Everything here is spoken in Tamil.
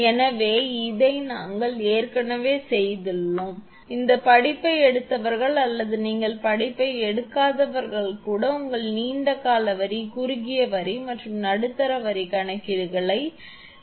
எனவே இதை நாங்கள் ஏற்கனவே செய்துள்ளோம் படிப்பை எடுத்தவர்கள் அல்லது நீங்கள் படிப்பை எடுக்காதவர்கள் கூட உங்கள் நீண்டகால வரி குறுகிய வரி மற்றும் நடுத்தர வரி கணக்கீடுகளை நீங்கள் செய்ததற்கு மன்னிக்கவும்